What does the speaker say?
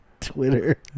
Twitter